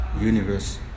universe